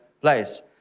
place